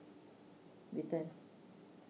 return